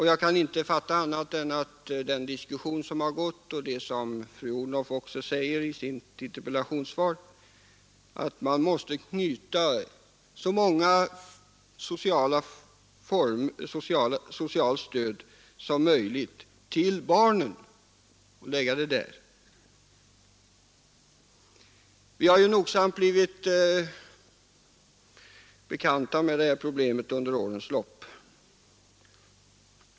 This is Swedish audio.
Jag kan inte fatta annat av den diskussion som förts och av det som fru Odhnoff också säger i sitt interpellationssvar än att man måste knyta så många olika former av socialt stöd som möjligt till barnen. Vi har ju nogsamt blivit bekanta med det här problemet under årens lopp.